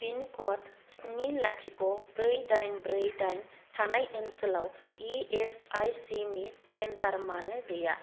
पिनक'ड स्नि लाथिख' ब्रै दाइन ब्रै दाइन थानाय ओनसोलाव इ एस आइ सिनि सेन्टार मानो गैया